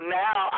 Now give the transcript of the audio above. now